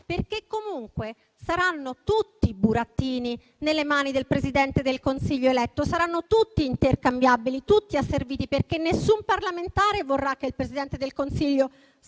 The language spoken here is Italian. perché comunque saranno tutti burattini nelle mani del Presidente del Consiglio eletto, saranno tutti intercambiabili, tutti asserviti, perché nessun parlamentare vorrà che il Presidente del Consiglio stacchi